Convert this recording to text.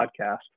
podcast